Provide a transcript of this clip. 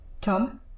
Tom